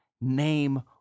name